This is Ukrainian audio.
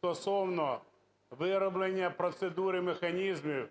стосовно вироблення процедури механізмів